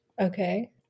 Okay